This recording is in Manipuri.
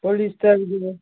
ꯄꯣꯂꯤꯁꯇꯔꯒꯤ